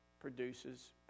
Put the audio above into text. produces